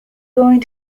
going